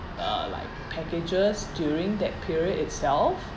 uh like packages during that period itself